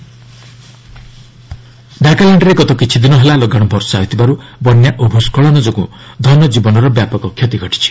Nagaland rain ନାଗାଲ୍ୟାଣ୍ଡ୍ରେ ଗତ କିଛିଦିନ ହେଲା ଲଗାଶ ବର୍ଷା ହେଉଥିବାରୁ ବନ୍ୟା ଓ ଭ୍ରସ୍କଳନ ଯୋଗୁଁ ଧନକୀବନର ବ୍ୟାପକ କ୍ଷୟକ୍ଷତି ଘଟିଛି